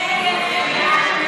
חוק הרשות